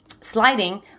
sliding